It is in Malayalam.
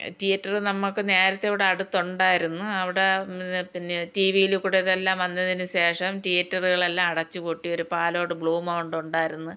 തീയേറ്റർ നമുക്ക് നേരത്തെ ഇവിടെ അടുത്തുണ്ടായിരുന്നു അവിടെ പിന്നെ ടീ വിയിൽ കൂടെ ഇതെല്ലാം വന്നതിനു ശേഷം തീയേറ്ററുകളെല്ലാം അടച്ചുപൂട്ടി ഒരു പാലോട് ബ്ലൂ മൗണ്ട് ഉണ്ടായിരുന്നു